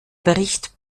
bericht